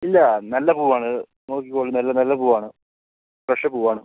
ഇല്ലാ നല്ല പൂവാണ് നോക്കിക്കോളു നല്ല നല്ല പൂവാണ് ഫ്രഷ്പൂ പൂവാണ്